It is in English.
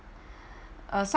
uh